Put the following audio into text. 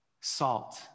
Salt